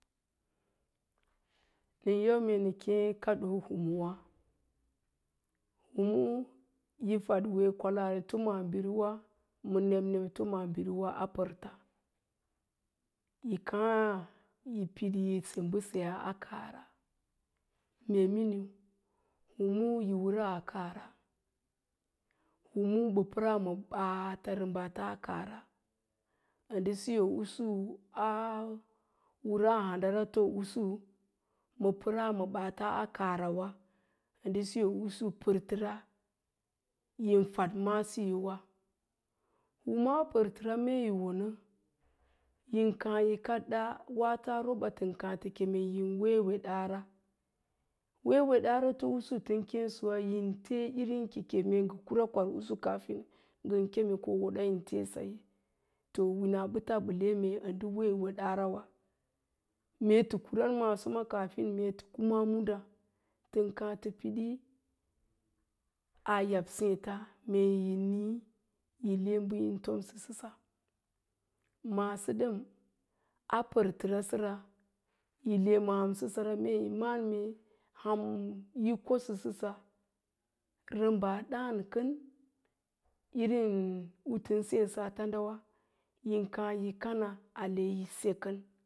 Nən yau nə kéé kaɗii humuwá humu yi fad wee kwalaarito maabiriwa ma nebneb to maabiriwa a pərta. Yi káá yi se mbəseyaa a kaara. Mee miniu huu yi wəraa a kaaram humu mbə pəraa ma ɓaata rəmbaata a kaara, ndə siyo a wəraa handarato lusu ma pəraa ma ɓaata a kaarawa ndə siyo usu pərtəra yin fad maasiyowa, kuma a pərtəra me yi wona, yin káá yi kəɗɗa, waats roba tən káátə keme, yin wee weɗaara. Wee weɗaarato'usu tən kéesəwa yin tee irinke, ngən kura'usu ngən kem ko woɗa yin teesaye, too winaa mbəta mbən le me ndə wee weɗanrawa. Mee tə kuran maso ma kaafin mee tə kuma muɗáá tən káá tə piɗi, aa yab séita me yi nii yi le bə yin tomsəsa maaso ɗəm a pərtərasəra yi le ma hamsəra mee yi ma'án mee ham yi kosəsəsə mee rəmbaa ɗáán kən irin u tən seesə a tandawa yin káá yi kawa aleyi se kən